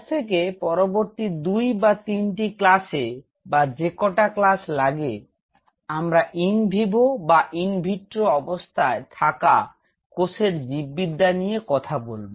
আজ থেকে পরবর্তী ২ বা ৩ টি ক্লাসে বা যে কটা ক্লাস লাগে আমরা ইন ভিভো বা ইন ভিট্রো অবস্থায় থাকা কোষের জীববিদ্যা নিয়ে কথা বলব